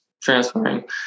transferring